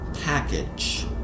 package